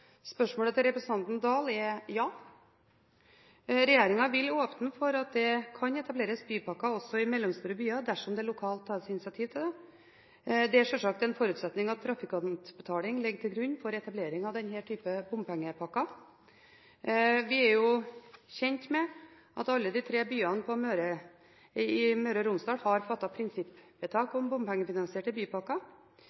spørsmålet til representanten Dahl er ja. Regjeringen vil åpne for at det kan etableres bypakker også i mellomstore byer dersom det lokalt tas initiativ til det. Det er sjølsagt en forutsetning at trafikantbetaling ligger til grunn for etablering av denne typen bompengepakker. Vi er kjent med at alle de tre byene i Møre og Romsdal har fattet prinsippvedtak